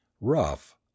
rough